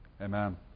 amen